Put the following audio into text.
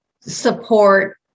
support